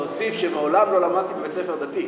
אני רוצה להוסיף שמעולם לא למדתי בבית-ספר דתי.